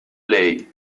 lei